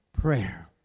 Prayer